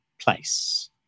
place